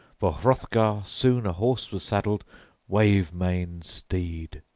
for hrothgar soon a horse was saddled wave-maned steed.